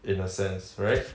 in a sense right